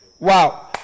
Wow